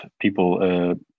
people